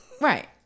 Right